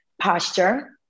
posture